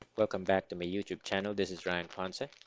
welcome back to my youtube channel. this is ryan ponce.